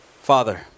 father